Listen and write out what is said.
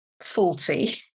faulty